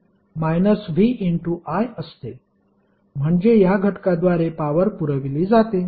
i असते म्हणजे या घटकाद्वारे पॉवर पुरविली जाते